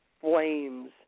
Flames